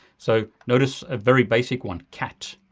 so notice a very basic one, cat.